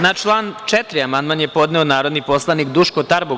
Na član 4. amandman je podneo narodni poslanik Duško Tarbuk.